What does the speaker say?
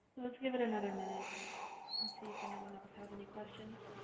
let's give it another minute and see if anyone else has any questions.